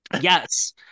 yes